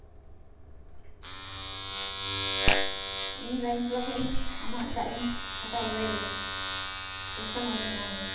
ᱤᱧ ᱞᱟᱭᱤᱱ ᱴᱚᱞᱟ ᱠᱷᱚᱱᱟᱜ ᱟᱢᱟᱜ ᱫᱟᱜ ᱤᱧ ᱦᱟᱛᱟᱣ ᱵᱟᱲᱟᱭᱟ ᱵᱚᱞᱮ ᱠᱟᱥᱴᱚᱢᱟᱨ ᱠᱟᱹᱱᱟᱹᱧ ᱟᱢᱨᱮᱱ